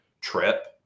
trip